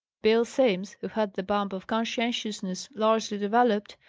bill simms, who had the bump of conscientiousness largely developed,